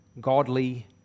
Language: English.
godly